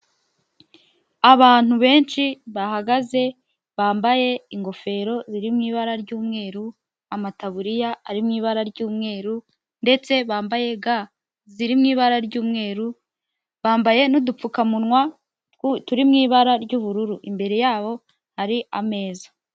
Abantu benshi bahagaze bambaye ingofero ziri mu ibara ry'umweru, amataburiya ari mu ibara ry'umweru ndetse bambaye ga ziri mu ibara ry'umweru bambaye n'udupfukamunwa turi mu ibara ry'ubururu, imbere yabo hari ameza.